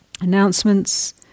Announcements